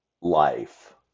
life